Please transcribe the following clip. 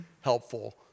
helpful